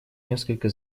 несколько